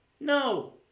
No